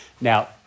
Now